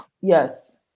yes